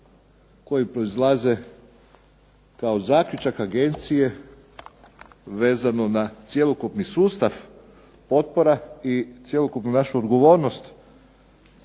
koji proizlaze kao zaključak agencije vezano na cjelokupni sustav potpora i cjelokupnu našu odgovornost